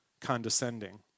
condescending